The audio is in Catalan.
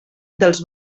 dels